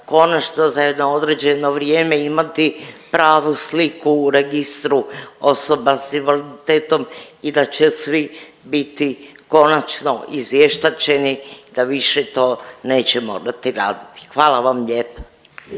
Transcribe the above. konačno za jedno određeno vrijeme imati pravu sliku u Registru osoba s invaliditetom i da će svi biti konačno izvještačeni da više to nećemo morati raditi, hvala vam lijepa.